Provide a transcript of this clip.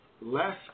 less